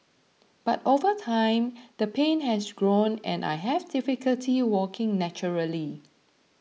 but over time the pain has grown and I have difficulty walking naturally